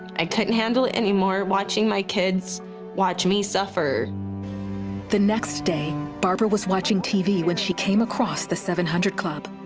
i couldn't handle it anymore, watching my kids watch me suffer. reporter the next day barbara was watching tv when she came across the seven hundred club.